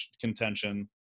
contention